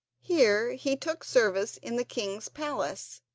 here he took service in the king's palace,